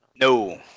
No